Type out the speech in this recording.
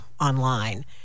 online